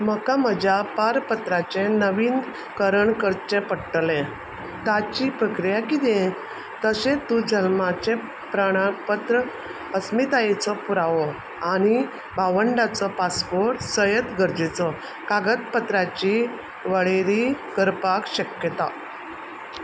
म्हाका म्हज्या पारपत्राचें नवीन करण करचें पडटलें ताची प्रक्रिया कितें तशेंच तूं जल्माचें प्रपत्र अस्मितायेचो पुरावो आनी भावंडाचो पासपोर्ट सयत गरजेच्या कागद पत्रांची वळेरी करपाक शकता